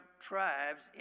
tribes